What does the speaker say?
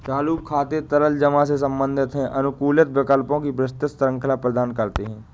चालू खाते तरल जमा से संबंधित हैं, अनुकूलित विकल्पों की विस्तृत श्रृंखला प्रदान करते हैं